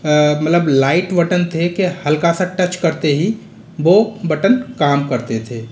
मतलब light button थे के हल्का सा टच करते ही बो बटन काम करते थे